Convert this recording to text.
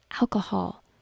alcohol